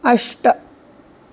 अष्ट